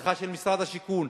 הבטחה של משרד השיכון,